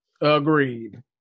Agreed